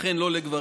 אכן לא לגברים,